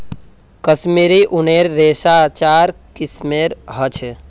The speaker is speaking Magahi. कश्मीरी ऊनेर रेशा चार किस्मेर ह छे